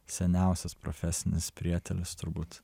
seniausias profesinis prietelis turbūt